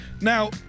Now